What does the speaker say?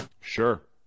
sure